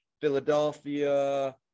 Philadelphia